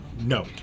No